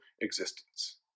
existence